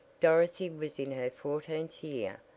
dorothy was in her fourteenth year,